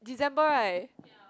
December right